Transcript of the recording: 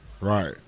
Right